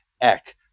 Eck